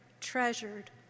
treasured